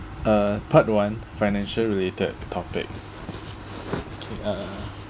uh part one financial related topic okay uh uh